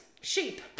sheep